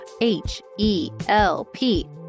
H-E-L-P-